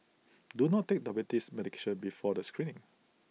do not take diabetes medication before the screening